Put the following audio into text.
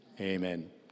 amen